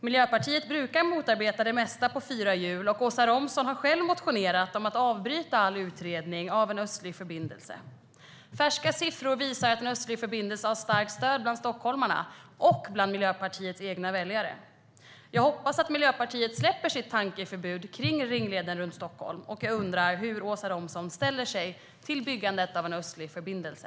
Miljöpartiet brukar motarbeta det mesta på fyra hjul, och Åsa Romson har själv motionerat om att avbryta all utredning av en östlig förbindelse. Färska siffror visar att en östlig förbindelse har starkt stöd bland stockholmarna och bland Miljöpartiets egna väljare. Jag hoppas att Miljöpartiet släpper sitt tankeförbud kring ringleden runt Stockholm. Jag undrar hur Åsa Romson ställer sig till byggandet av en östlig förbindelse.